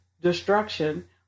destruction